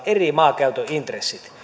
eri intressit